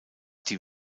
die